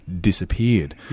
disappeared